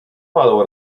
palą